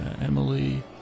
Emily